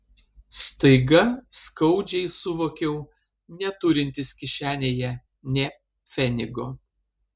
staiga skaudžiai suvokiau neturintis kišenėje nė pfenigo